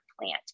plant